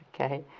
Okay